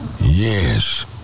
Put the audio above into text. Yes